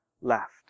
left